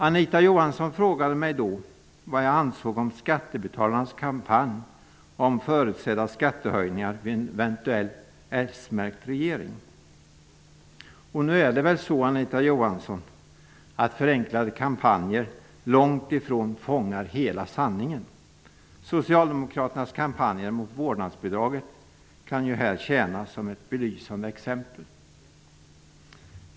Anita Johansson frågade mig då vad jag ansåg om Nu är det väl så, Anita Johansson, att förenklade kampanjer långt ifrån fångar hela sanningen. Socialdemokraternas kampanjer mot vårdnadsbidraget kan här tjäna som ett belysande exempel.